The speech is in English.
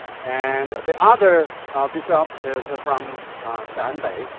and the other bishop is ah from shaanbei,